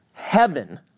heaven